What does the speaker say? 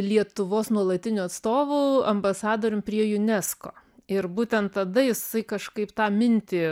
lietuvos nuolatiniu atstovu ambasadorium prie unesco ir būtent tada jisai kažkaip tą mintį